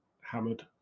hammered